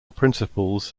principles